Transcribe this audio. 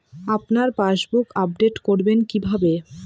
আপনার passbook update করবেন কিভাবে?